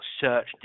search